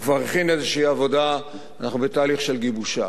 הוא כבר הכין איזו עבודה ואנחנו בתהליך של גיבושה.